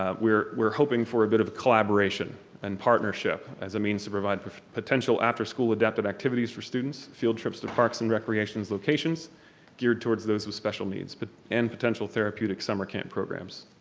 ah we're we're hoping for a bit of collaboration and partnership as a means to provide for potential afterschool adaptive activities for students, field trips to parks and recreations locations geared towards those with special needs but and potential therapeutic summer camp programs.